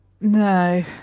No